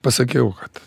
pasakiau kad